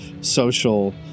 social